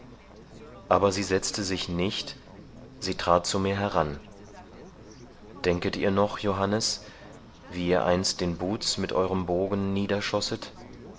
aber sie setzte sich nicht sie trat zu mir heran denket ihr noch johannes wie ihr einst den buhz mit euerem bogen